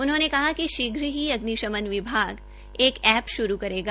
उन्होंने कहा कि शीघ्र ही अग्नि शमन विभाग एक एप्प श्रू करेगा